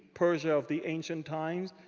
persia of the ancient times.